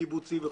קיבוצי וכו'.